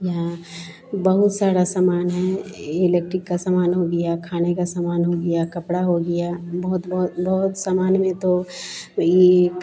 यहाँ बहुत सारा सामान है इलेक्ट्रिक का सामान हो गया खाने का सामान हो गया कपड़ा हो गया बहुत बहुत बहुत सामान में तो एक